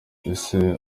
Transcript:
ese